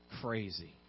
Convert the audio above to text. crazy